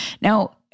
Now